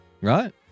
Right